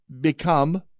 become